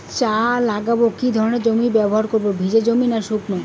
চা লাগাবো কি ধরনের জমি ব্যবহার করব ভিজে জমি নাকি শুকনো?